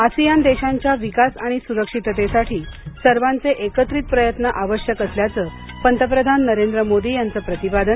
ASEAN देशांच्या विकास आणि सुरक्षिततेसाठी सर्वांचे एकत्रित प्रयत्न आवश्यक असल्याचं पंतप्रधान नरेंद्र मोदी यांचं प्रतिपादन